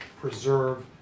preserve